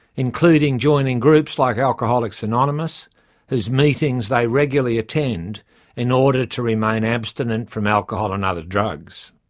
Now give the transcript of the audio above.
including joining groups like alcoholics anonymous whose meetings they regularly attend in order to remain abstinent from alcohol and other drugs.